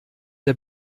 der